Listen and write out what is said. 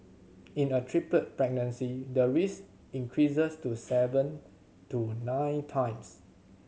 in a triplet pregnancy the risk increases to seven to nine times